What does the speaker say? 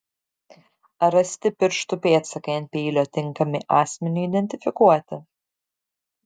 ar rasti pirštų pėdsakai ant peilio tinkami asmeniui identifikuoti